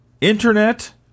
Internet